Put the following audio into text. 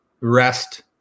rest